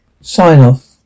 sign-off